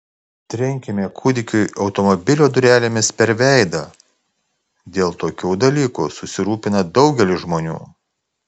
trenkėme kūdikiui automobilio durelėmis per veidą dėl tokių dalykų susirūpina daugelis žmonių